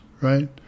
right